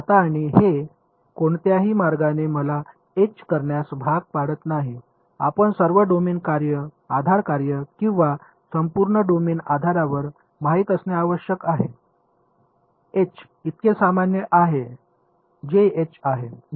आता आणि हे कोणत्याही मार्गाने मला एच करण्यास भाग पाडत नाही आपण सब डोमेन आधार कार्ये किंवा संपूर्ण डोमेन आधारावर माहित असणे आवश्यक आहे एच इतके सामान्य आहे जे एच आहे